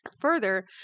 Further